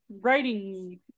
writing